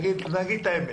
נגיד את האמת.